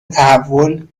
تحول